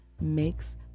makes